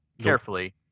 carefully